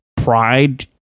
pride